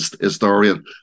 historian